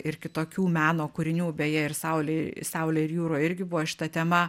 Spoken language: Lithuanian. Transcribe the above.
ir kitokių meno kūrinių beje ir saulė saulėj ir jūroj irgi buvo šita tema